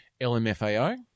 LMFAO